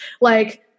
Like-